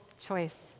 choice